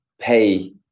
pay